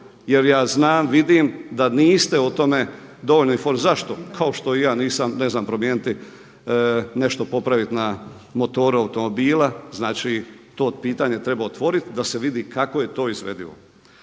jer ja znam, vidim da niste o tome dovoljno … Zašto? Kao što i ja ne znam promijeniti nešto popraviti na motoru automobila, znači to pitanje treba otvoriti da se vidi kako je to izvedivo.